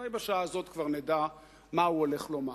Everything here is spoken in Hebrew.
אולי בשעה הזאת כבר נדע מה הוא הולך לומר.